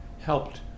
helped